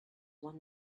one